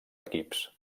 equips